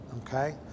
okay